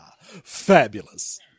Fabulous